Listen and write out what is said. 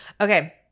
Okay